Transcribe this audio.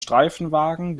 streifenwagen